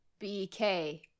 BK